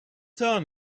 turn